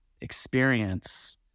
experience